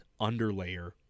underlayer